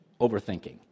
overthinking